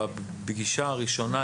נדמה לי בפגישה הראשונה,